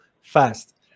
fast